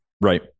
Right